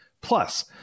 Plus